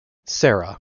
sara